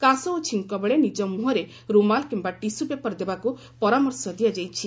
କାଶ ଓ ଛିଙ୍କବେଳେ ନିଜ ମୁହଁରେ ରୁମାଲ୍ କିମ୍ବା ଟିସୁ ପେପର୍ ଦେବାକୁ ପରାମର୍ଶ ଦିଆଯାଇଛି